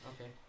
Okay